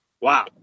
Wow